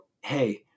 hey